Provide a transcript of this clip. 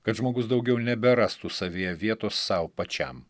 kad žmogus daugiau neberastų savyje vietos sau pačiam